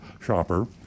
shopper